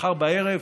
מחר בערב,